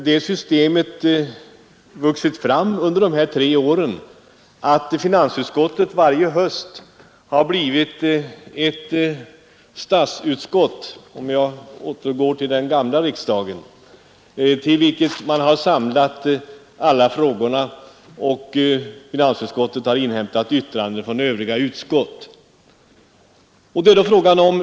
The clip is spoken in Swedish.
Det systemet har vuxit fram under de här tre åren att finansutskottet varje höst har blivit något av den gamla riksdagens statsutskott. Finansutskottet har haft att inhämta yttranden från övriga utskott.